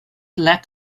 lack